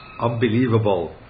unbelievable